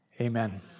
Amen